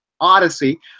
odyssey